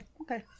Okay